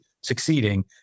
succeeding